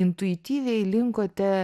intuityviai linkote